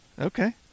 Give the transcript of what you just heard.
okay